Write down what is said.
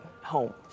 home